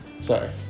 Sorry